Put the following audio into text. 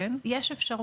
אימאן ח'טיב יאסין